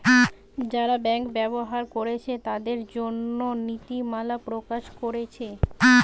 যারা ব্যাংক ব্যবহার কোরছে তাদের জন্যে নীতিমালা প্রকাশ কোরছে